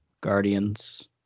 Guardians